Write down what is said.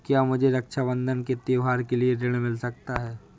क्या मुझे रक्षाबंधन के त्योहार के लिए ऋण मिल सकता है?